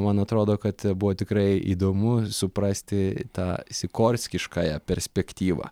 man atrodo kad buvo tikrai įdomu suprasti tą sikorskiškąją perspektyvą